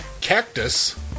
Cactus